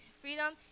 freedom